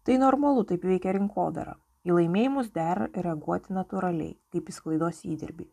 tai normalu taip veikia rinkodara į laimėjimus dera reaguoti natūraliai kaip į sklaidos įdirbį